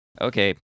Okay